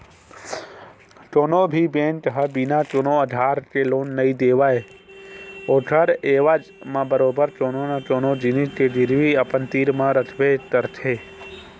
कोनो भी बेंक ह बिना कोनो आधार के लोन नइ देवय ओखर एवज म बरोबर कोनो न कोनो जिनिस के गिरवी अपन तीर रखबे करथे